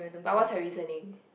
but what's her reasoning